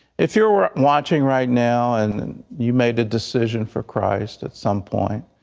if you are watching right now and you made a decision for christ at some point,